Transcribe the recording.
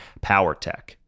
PowerTech